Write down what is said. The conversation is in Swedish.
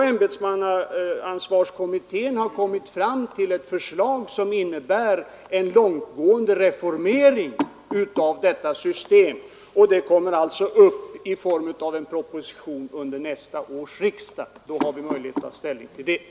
Ämbetsansvarskommittén har kommit fram med ett förslag som innebär en långtgående reformering av detta system. Förslaget kommer upp under nästa års riksdag i form av en proposition. Då har vi möjlighet att ta ställning till förslaget.